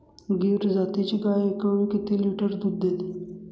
गीर जातीची गाय एकावेळी किती लिटर दूध देते?